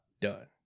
done